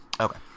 okay